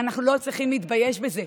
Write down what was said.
ואנחנו לא צריכים להתבייש בזה.